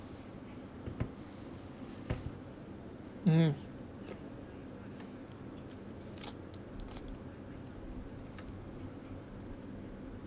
mm